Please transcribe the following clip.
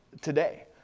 today